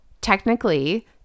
technically